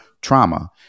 trauma